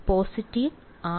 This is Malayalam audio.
വിദ്യാർത്ഥി പോസിറ്റീവ് ആർ